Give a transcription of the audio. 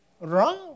Wrong